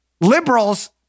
Liberals